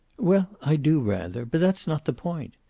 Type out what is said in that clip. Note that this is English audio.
well, i do, rather. but that's not the point.